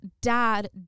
dad